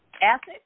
ethics